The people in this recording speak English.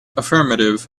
affirmative